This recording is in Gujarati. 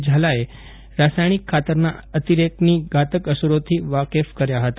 ઝાલાએ રાસાયણિક ખાતરના અતિરેકની ધાતક અસરોથી વાકેફ કર્યા ફતા